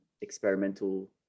experimental